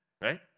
Right